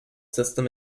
system